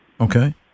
Okay